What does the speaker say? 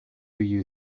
you